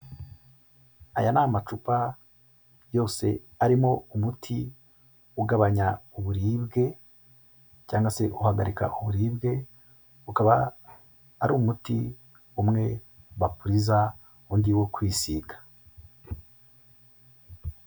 Aya ni amacupa yose arimo umuti ugabanya uburibwe, cyangwa se uhahagarika uburibwe, ukaba ari umuti umwe bapuriza, undi wo kwisiga.